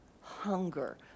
hunger